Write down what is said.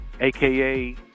aka